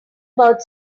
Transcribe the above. about